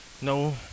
No